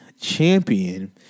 champion